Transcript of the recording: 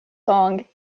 song